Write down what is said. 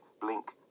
blink